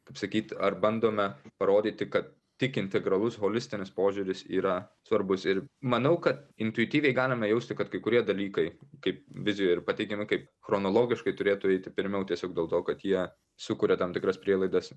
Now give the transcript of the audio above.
kaip sakyt ar bandome parodyti kad tik integralus holistinis požiūris yra svarbus ir manau kad intuityviai galime jausti kad kai kurie dalykai kaip vizijoj ir pateikiami kaip chronologiškai turėtų eiti pirmiau tiesiog dėl to kad jie sukuria tam tikras prielaidas